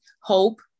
hope